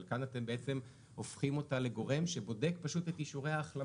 אבל כאן אתם בעצם הופכים אותה לגורם שבודק פשוט את אישורי ההחלמה.